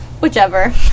Whichever